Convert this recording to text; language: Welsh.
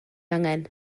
angen